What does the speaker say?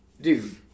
dude